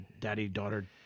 daddy-daughter